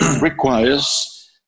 requires